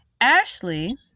Ashley